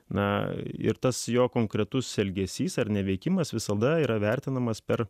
na ir tas jo konkretus elgesys ar neveikimas visada yra vertinamas per